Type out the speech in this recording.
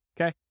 okay